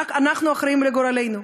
רק אנחנו אחראים לגורלנו.